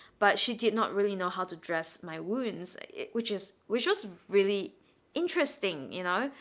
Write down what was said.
but she did not really know how to dress my wounds which is was just really interesting, you know,